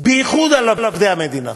בייחוד על עובדי המדינה,